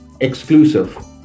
exclusive